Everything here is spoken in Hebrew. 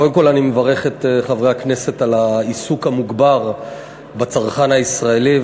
קודם כול אני מברך את חברי הכנסת על העיסוק המוגבר בצרכן הישראלי.